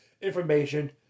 information